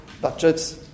budgets